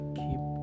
keep